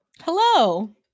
hello